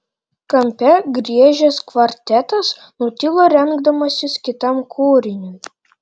kampe griežęs kvartetas nutilo rengdamasis kitam kūriniui